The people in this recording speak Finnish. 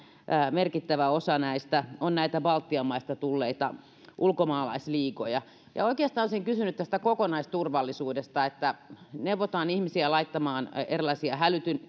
merkittävä osa näistä on näitä baltian maista tulleita ulkomaalaisliigoja täällä ei ole puhuttu vielä semmoisista asioista ja oikeastaan olisin kysynyt tästä kokonaisturvallisuudesta kun neuvotaan ihmisiä laittamaan erilaisia